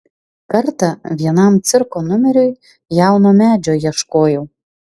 kartą vienam cirko numeriui jauno medžio ieškojau